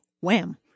wham